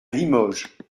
limoges